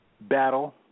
battle